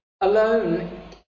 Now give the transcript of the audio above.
alone